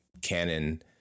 Canon